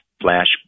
flash